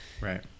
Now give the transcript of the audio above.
right